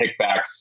kickbacks